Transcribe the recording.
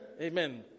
amen